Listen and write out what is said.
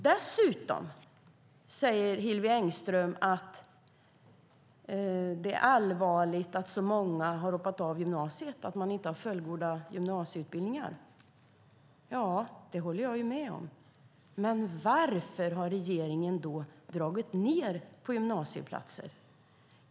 Dessutom säger Hillevi Engström att det är allvarligt att så många har hoppat av gymnasiet och inte har fullgod gymnasieutbildning. Jag håller med om det. Men varför har regeringen då dragit ned på antalet gymnasieplatser?